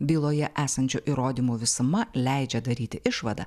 byloje esančių įrodymų visuma leidžia daryti išvadą